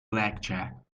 lecture